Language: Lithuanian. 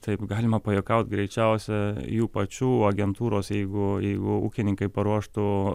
taip galima pajuokaut greičiausia jų pačių agentūros jeigu jeigu ūkininkai paruoštų